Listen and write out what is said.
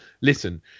listen